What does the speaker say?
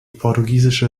portugiesische